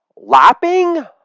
Lapping